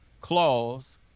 clause